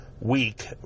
week